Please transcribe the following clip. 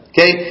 Okay